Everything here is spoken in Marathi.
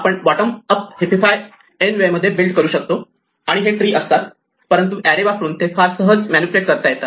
आपण बॉटम अप हीप्पीफाय n वेळे मध्ये बिल्ड करू शकतो आणि हे ट्री असतात परंतु एरे वापरून ते फार सहज मॅनिप्युलेट करता येतात